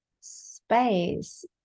space